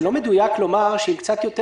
אני חושב שזה לא מדויק לומר שאם קצת יותר